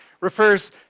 refers